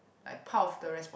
like part of the respon~